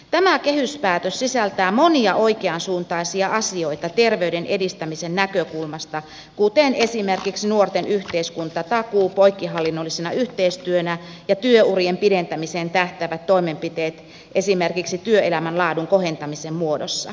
tämä kehyspäätös sisältää monia oikean suuntaisia asioita terveyden edistämisen näkökulmasta kuten esimerkiksi nuorten yhteiskuntatakuu poikkihallinnollisena yhteistyönä ja työurien pidentämiseen tähtäävät toimenpiteet esimerkiksi työelämän laadun kohentamisen muodossa